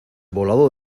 volado